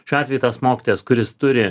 šiuo atveju tas mokytojas kuris turi